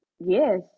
Yes